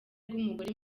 rw’umugore